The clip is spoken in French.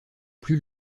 plus